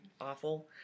awful